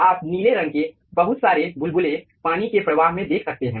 आप नीले रंग के बहुत सारे बुलबुले पानी के प्रवाह में देख सकते हैं